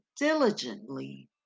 diligently